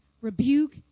rebuke